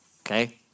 Okay